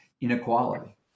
inequality